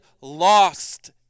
lost